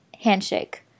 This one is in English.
handshake